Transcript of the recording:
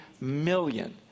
million